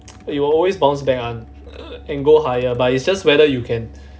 you will always bounce back one and go higher but it's just whether you can